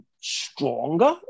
stronger